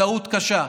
טעות קשה.